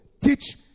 Teach